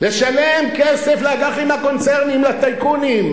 לשלם כסף לאג"חים הקונצרניים, לטייקונים.